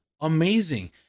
amazing